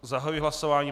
Zahajuji hlasování.